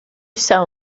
sell